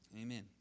Amen